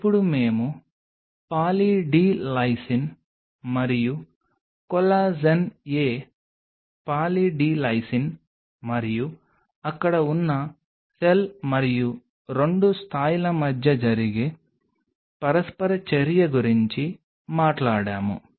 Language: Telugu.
ఇప్పుడు మేము పాలీ డి లైసిన్ మరియు collagen a poly D lysine మరియు అక్కడ ఉన్న సెల్ మరియు 2 స్థాయిల మధ్య జరిగే పరస్పర చర్య గురించి మాట్లాడాము